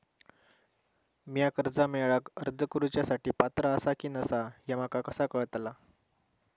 म्या कर्जा मेळाक अर्ज करुच्या साठी पात्र आसा की नसा ह्या माका कसा कळतल?